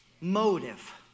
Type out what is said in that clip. motive